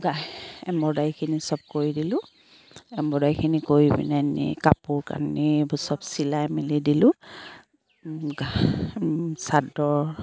গাহ এম্ব্ৰইদাৰীখিনি চব কৰি দিলোঁ এম্ব্ৰদাৰীখিনি কৰি পিনে নি কাপোৰ কানি চব চিলাই মেলি দিলোঁ চাদৰ